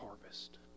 harvest